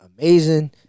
amazing